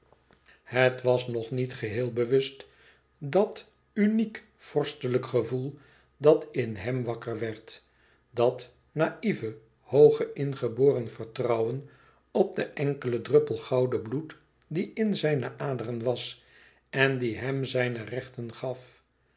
het was nog niet geheel bewust dat uniek vorstelijke gevoel dat in hem wakker werd dat naïve hooge ingeboren vertrouwen op den enkelen druppel gouden bloed die in zijne aderen was en die hem zijne rechten gaf